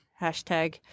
hashtag